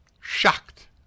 Shocked